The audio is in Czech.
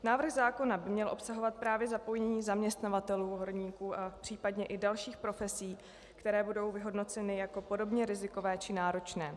Návrh zákona by měl obsahovat právě zapojení zaměstnavatelů horníků a případně i dalších profesí, které budou vyhodnoceny jako podobně rizikové či náročné.